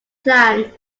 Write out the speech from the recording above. plan